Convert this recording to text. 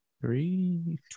three